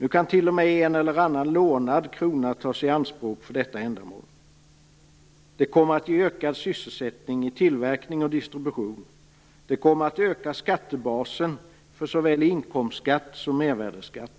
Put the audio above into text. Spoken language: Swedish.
Nu kan t.o.m. en eller annan lånad krona tas i anspråk för detta ändamål. Det kommer att ge ökad sysselsättning i tillverkning och distribution. Det kommer att öka skattebasen för såväl inkomstskatt som mervärdesskatt.